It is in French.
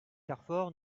carfor